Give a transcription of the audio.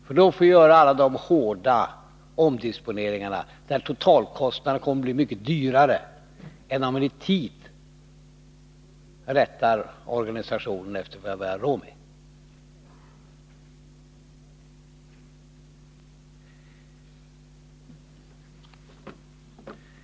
De kommer att få göra alla de hårda omdisponeringarna, när totalkostnaderna blir mycket högre än om vi i tid rättar organisationen efter vad vi har råd med.